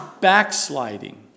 Backsliding